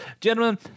Gentlemen